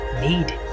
need